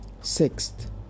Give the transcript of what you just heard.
Sixth